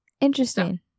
Interesting